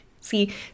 see